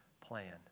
plan